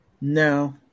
No